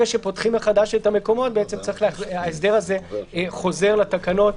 שפותחים מחדש את המקומות ההסדר הזה חוזר לתקנות.